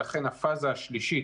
לכן הפאזה השלישית,